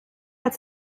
hat